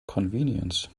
convenience